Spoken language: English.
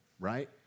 Right